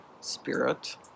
spirit